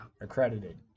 Accredited